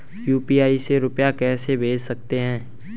UPI से रुपया कैसे भेज सकते हैं?